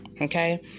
okay